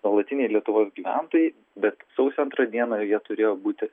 nuolatiniai lietuvos gyventojai bet sausio antrą dieną jie turėjo būti